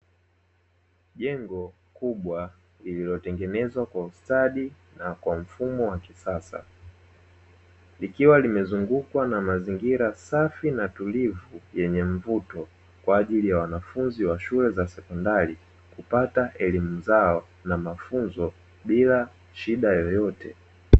Jengo kubwa lililotengenezwa kwa ustadi na kwa mfumo wa kisasa, likiwa limezungukwa na mazingira safi na tulivu na yenye mvuto, kwa ajili ya wanafunzi wa shule za sekondari kupata elimu zao na mafunzo bila shida yeyote.